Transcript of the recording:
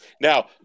now